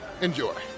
Enjoy